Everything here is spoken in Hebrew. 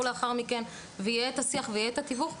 לאחר מכן ויהיה השיח ויהיה התיווך.